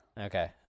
okay